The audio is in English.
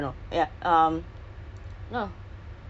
west mall no west mall dekat bukit batok situ [pe]